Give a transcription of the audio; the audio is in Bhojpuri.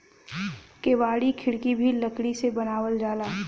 केवाड़ी खिड़की भी लकड़ी से बनावल जाला